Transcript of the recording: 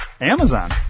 Amazon